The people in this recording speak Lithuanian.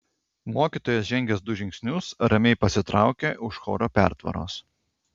mokytojas žengęs du žingsnius ramiai pasitraukė už choro pertvaros